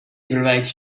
provides